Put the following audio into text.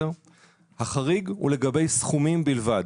החריג הוא לגבי סכומים בלבד,